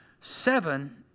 Seven